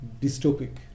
dystopic